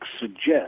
suggest